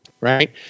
right